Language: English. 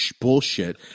bullshit